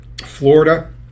Florida